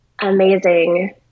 amazing